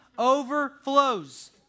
overflows